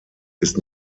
ist